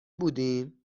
بودیم